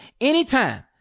anytime